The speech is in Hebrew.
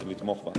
שנתמוך בה.